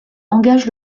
engage